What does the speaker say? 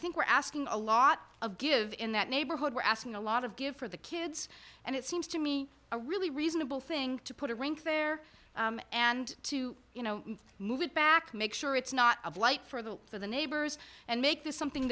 we're asking a lot of give in that neighborhood we're asking a lot of give for the kids and it seems to me a really reasonable thing to put a rink there and to you know move it back make sure it's not of light for the for the neighbors and make this something